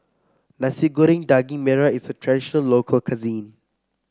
Nasi Goreng Daging Merah is a traditional local cuisine